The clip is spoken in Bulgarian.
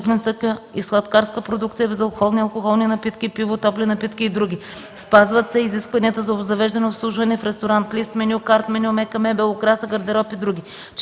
кухненска и сладкарска продукция, безалкохолни и алкохолни напитки, пиво, топли напитки и други. Спазват се изискванията за обзавеждане и обслужване в ресторант (лист-меню, карт-меню, мека мебел, украса, гардероб и други).